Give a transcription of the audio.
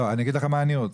לא, אני אגיד לך מה אני רוצה.